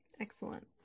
Excellent